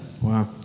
Wow